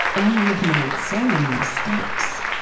and we have made so many mistakes.